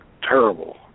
terrible